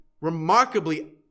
remarkably